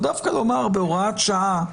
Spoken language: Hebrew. או דווקא לומר בהוראת שעה,